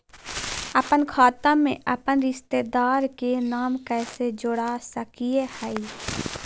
अपन खाता में अपन रिश्तेदार के नाम कैसे जोड़ा सकिए हई?